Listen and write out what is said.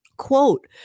quote